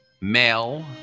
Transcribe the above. male